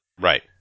right